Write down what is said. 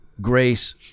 grace